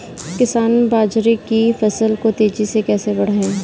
किसान बाजरे की फसल को तेजी से कैसे बढ़ाएँ?